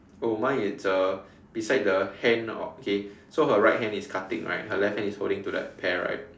oh mine it's a beside the hand okay so her right hand is cutting right her left hand is holding to that pear right